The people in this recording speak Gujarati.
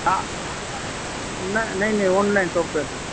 હા નહીં નહીં ઓનલાઇન સોફ્ટવેર છે